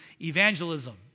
evangelism